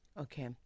Okay